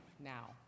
now